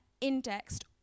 indexed